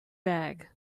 bag